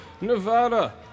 Nevada